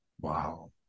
Wow